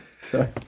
sorry